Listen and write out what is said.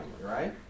right